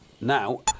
now